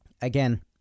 again